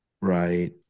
Right